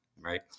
Right